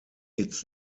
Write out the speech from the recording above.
its